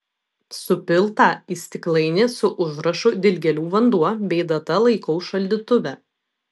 supiltą į stiklainį su užrašu dilgėlių vanduo bei data laikau šaldytuve